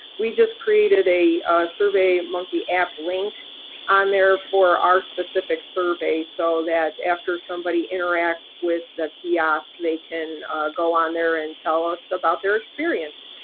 we just created a surveymonkey app link on there for our specific survey. so that after somebody interacts with the kiosk, they can go on there and tell us about their experience.